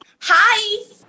Hi